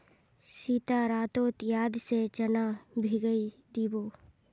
सीता रातोत याद से चना भिगइ दी बो